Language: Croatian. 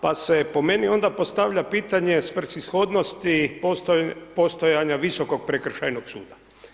Pa se po meni, onda postavlja pitanje svrsishodnosti postojanje Visokog prekršajnog suda.